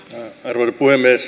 arvoisa puhemies